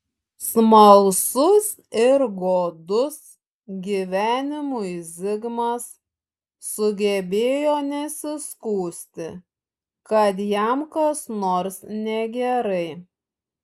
smalsus ir godus gyvenimui zigmas sugebėjo nesiskųsti kad jam kas nors negerai